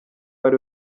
ari